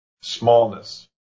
Smallness